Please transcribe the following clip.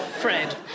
Fred